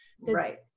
Right